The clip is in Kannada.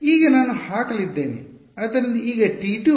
ಆದ್ದರಿಂದ ಈಗ ನಾನು ಹಾಕಲಿದ್ದೇನೆ ಆದ್ದರಿಂದ ಈಗ T2